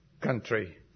country